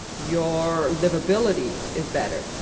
your livability, is better.